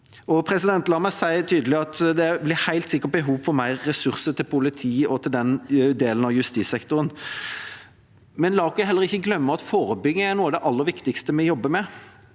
E-tjenesten. La meg si tydelig at det blir helt sikkert behov for mer ressurser til politiet og til den delen av justissektoren, men la oss heller ikke glemme at forebygging er noe av det aller viktigste vi jobber med